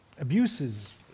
abuses